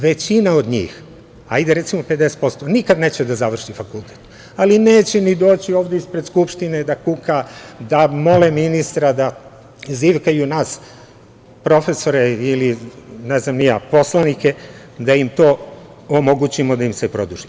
Većina od njih, recimo 50%, nikada neće da završi fakultet, ali neće ni doći ovde ispred Skupštine da kuka, da mole ministra, da zivkaju nas profesore ili, ne znam ni ja, poslanike da im to omogućimo da im se produži.